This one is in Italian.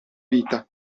vita